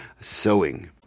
sewing